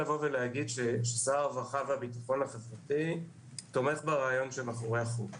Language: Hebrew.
שר הרווחה והביטחון החברתי תומך ברעיון שמאחורי החוק.